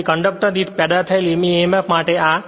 તેથી કંડક્ટર દીઠ પેદા થયેલ emf આ d ∅ dash d t છે